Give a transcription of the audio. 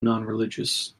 nonreligious